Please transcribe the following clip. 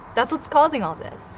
that's what's causing all this.